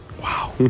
Wow